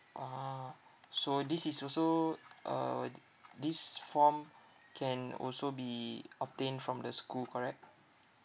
ah so this is also uh this form can also be obtained from the school correct